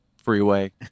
freeway